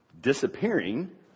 disappearing